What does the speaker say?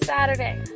Saturday